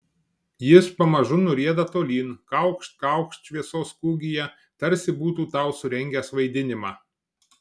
jis pamažu nurieda tolyn kaukšt kaukšt šviesos kūgyje tarsi būtų tau surengęs vaidinimą